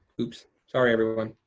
oops, sorry, everyone.